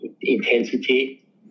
intensity